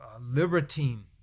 libertine